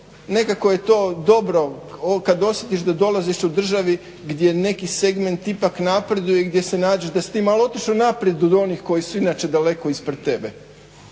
nekako je to dobro kad osjetiš da dolaziš u državi gdje neki segment ipak napreduje i gdje se nađe da si ti malo otišao naprijed od onih koji su inače daleko ispred tebe.